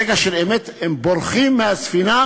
ברגע של אמת הם בורחים מהספינה,